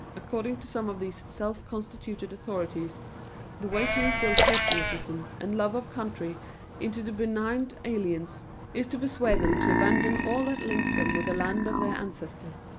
according to some of these self-constituted authorities the way to instill patriotism and love of country into the benighted aliens is to persuade them to abandon all that links them with the land of their ancestors,